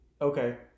Okay